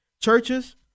churches